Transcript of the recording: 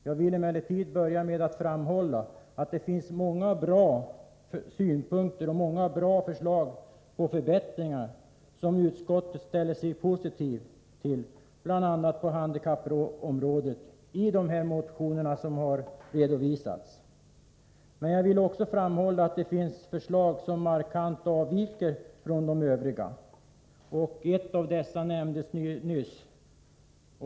Jag vill emellertid börja med att framhålla att det i de motioner som har behandlats finns många bra synpunkter och många bra förslag på förbättringar som utskottet ställer sig positivt till, bl.a. på handikappområdet. Men jag vill också framhålla att det finns förslag som markant avviker från de övriga. Ett av dessa nämndes nyss.